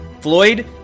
Floyd